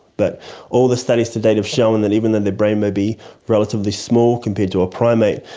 but all the studies to date have shown that even though their brain may be relatively small compared to a primate,